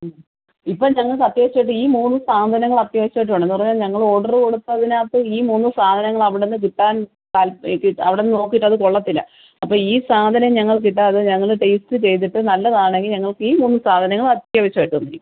ഇപ്പോൾ ഞങ്ങൾക്ക് അത്യാവശ്യമായിട്ട് ഈ മൂന്ന് സാധനങ്ങള് അത്യാവശ്യമായിട്ട് വേണം എന്നു പറഞ്ഞാൽ ഞങ്ങള് ഓഡർ കൊടുത്തതിനകത്ത് ഈ മൂന്ന് സാധനങ്ങൾ അവിടെ നിന്ന് കിട്ടാൻ അവിടെ നിന്ന് നോക്കിയിട്ട് അത് കൊള്ളത്തില്ല അപ്പം ഈ സാധനം ഞങ്ങൾ കിട്ടാതെ ഞങ്ങൾ ടെസ്റ്റ് ചെയ്തിട്ട് നല്ലതാണെങ്കിൽ ഞങ്ങള്ക്ക് ഈ മൂന്ന് സാധനങ്ങൾ അത്യാവശ്യമായിട്ട് തന്നിരിക്കും